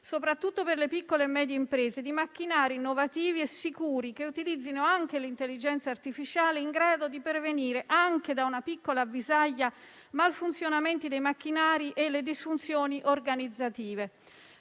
soprattutto per le piccole e medie imprese, e di macchinari innovativi e sicuri che utilizzino anche l'intelligenza artificiale in grado di prevenire, anche da una piccola avvisaglia, i malfunzionamenti dei macchinari e le disfunzioni organizzative,